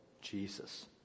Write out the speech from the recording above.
Jesus